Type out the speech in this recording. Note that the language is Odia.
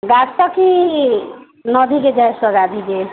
କି ନଦୀ କି ଯାଉଛେ ଗାଧି କେ